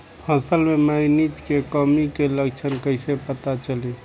फसल पर मैगनीज के कमी के लक्षण कइसे पता चली?